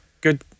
good